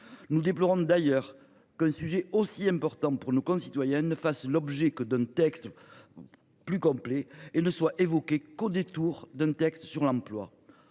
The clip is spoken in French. Nous déplorons d’ailleurs qu’un sujet si important pour nos concitoyens ne fasse pas l’objet d’un texte plus complet et ne soit évoqué qu’au détour d’un texte sur l’emploi.